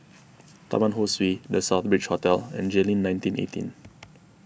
Taman Ho Swee the Southbridge Hotel and Jayleen nineteen eighteen